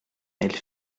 elle